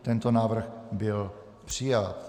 Tento návrh byl přijat.